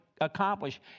accomplish